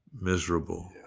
miserable